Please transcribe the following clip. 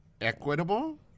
Equitable